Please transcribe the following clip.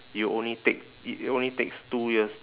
you only take it only takes two years